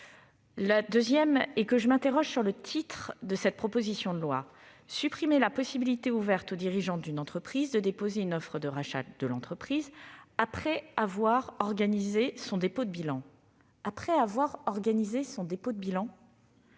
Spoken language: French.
deux mois. Ensuite, je m'interroge sur l'intitulé de cette proposition de loi :« supprimer la possibilité ouverte au dirigeant d'une entreprise de déposer une offre de rachat de l'entreprise après avoir organisé son dépôt de bilan ».« Après avoir organisé son dépôt de bilan